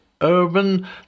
urban